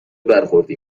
برخوردی